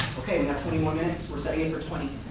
okay. we have twenty more minutes. we're setting it for twenty?